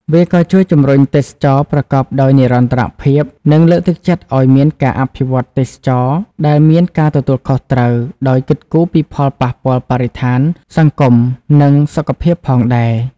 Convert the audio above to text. វាក៏ជួយជំរុញទេសចរណ៍ប្រកបដោយនិរន្តរភាព និងលើកទឹកចិត្តឱ្យមានការអភិវឌ្ឍទេសចរណ៍ដែលមានការទទួលខុសត្រូវ ដោយគិតគូរពីផលប៉ះពាល់បរិស្ថាន សង្គម និងសុខភាពផងដែរ ។